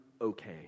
okay